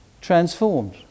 transformed